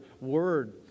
word